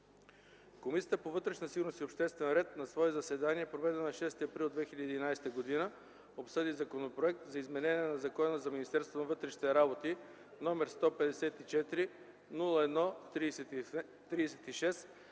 Комисията по вътрешна сигурност и обществен ред на свое заседание, проведено на 6 април 2011 г., обсъди Законопроект за изменение на Закона за Министерството на вътрешните работи, № 154-01-36,